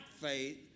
faith